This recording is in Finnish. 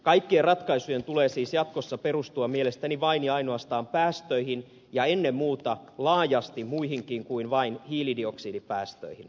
kaikkien ratkaisujen tulee siis jatkossa perustua mielestäni vain ja ainoastaan päästöihin ja ennen muuta laajasti muihinkin kuin vain hiilidioksidipäästöihin